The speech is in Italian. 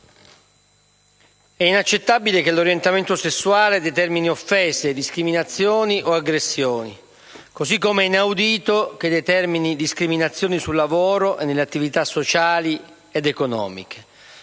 «è inaccettabile che l'orientamento sessuale» determini «offese», discriminazioni o «aggressioni», così come è inaudito che «ciò determini discriminazioni sul lavoro e nelle attività sociali ed economiche».